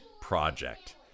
project